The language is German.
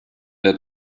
der